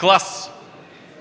клас